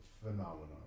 phenomenon